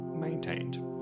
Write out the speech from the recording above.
maintained